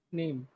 name